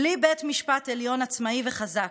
בלי בית משפט עליון עצמאי וחזק,